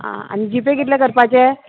आं आनी G pay कितले करपाचे